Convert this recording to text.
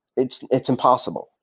it's it's impossible,